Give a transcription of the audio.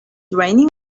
raining